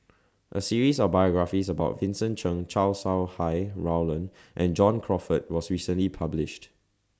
A series of biographies about Vincent Cheng Chow Sau Hai Roland and John Crawfurd was recently published